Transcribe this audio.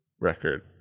record